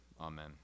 Amen